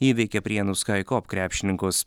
įveikė prienų skycop krepšininkus